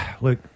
look